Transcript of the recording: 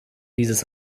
dieses